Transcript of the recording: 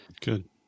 Good